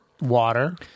water